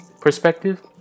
perspective